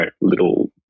little